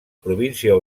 província